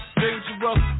dangerous